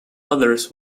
others